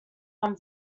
one